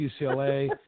UCLA